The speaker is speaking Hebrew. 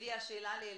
ברור.